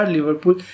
Liverpool